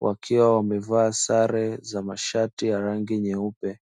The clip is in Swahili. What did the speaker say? wakiwa wamevaa sare za mashati yenye rangi nyeupe.